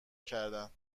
کردن